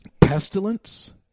pestilence